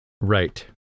Right